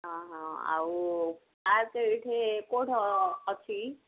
ହଁ ହଁ ଆଉ ଆସେ ଏଇଠି କେଉଁଠି ଅଛି କି